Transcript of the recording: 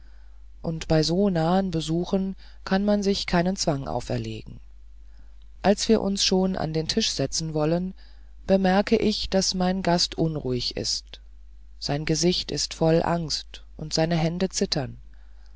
und bei so nahen besuchen muß man sich keinen zwang auferlegen als wir uns schon an den tisch setzen wollen bemerke ich daß mein gast unruhig ist sein gesicht ist voll angst und seine hände zittern